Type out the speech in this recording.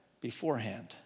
beforehand